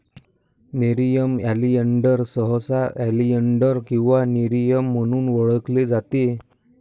nerium oleander सहसा oleander किंवा nerium म्हणून ओळखले जाते